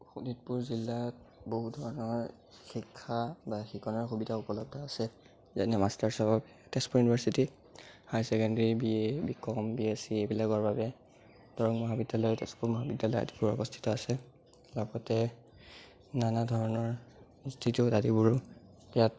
শোণিতপুৰ জিলাত বহুত ধৰণৰ শিক্ষা বা শিক্ষণৰ সুবিধা উপলব্ধ আছে যেনে মাষ্টাৰ্ছৰ বাবে Tezpur university high secondary B A B com B S C এইবিলাকৰ বাবে দৰং মহাবিদ্যালয় তেজপুৰ মহাবিদ্যালয় আদিবোৰ অৱস্থিত আছে লগতে নানা ধৰণৰ ইনষ্টিটিউট আদিবোৰ ইয়াত